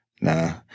Nah